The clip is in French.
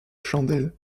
chandelle